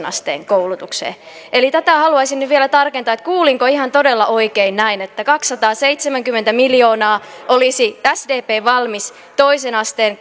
asteen koulutukseen eli tätä haluaisin nyt vielä tarkentaa kuulinko ihan todella oikein näin että kaksisataaseitsemänkymmentä miljoonaa olisi sdp valmis toiseen asteen